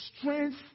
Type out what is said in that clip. strength